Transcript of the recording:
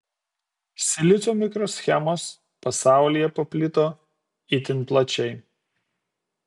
silicio mikroschemos pasaulyje paplito itin plačiai